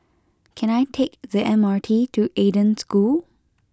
can I take the M R T to Eden School